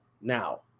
Now